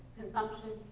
consumption,